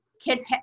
kids